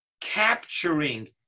capturing